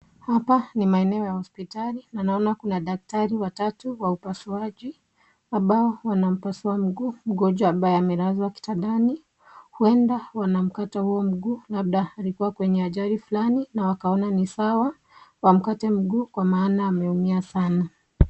Hapa ni maeneo ya hospitali, na naona kuna daktari watatu wa upasuaji, ambao wanampasua mguu mgonjwa ambaye amelazwa kitandani ,huenda wanamkata huo mguu, labda alikuwa kwenye ajali fulani na wakaona ni sawa wamkate mguu kwa maana ameumia sana.